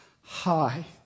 High